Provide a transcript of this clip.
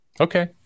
Okay